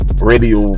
radio